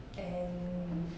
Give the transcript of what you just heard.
and